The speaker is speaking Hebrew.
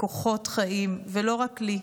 כוחות חיים, ולא רק לי,